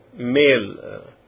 male